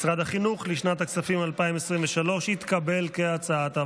משרד החינוך, לשנת הכספים 2023, כהצעת הוועדה,